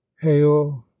hail